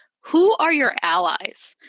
who are your allies?